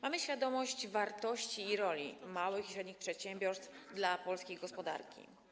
Mamy świadomość wartości i roli małych i średnich przedsiębiorstw dla polskiej gospodarki.